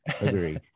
agree